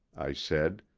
i said,